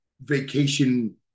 vacation